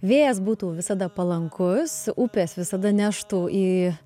vėjas būtų visada palankus upės visada neštų į